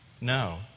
No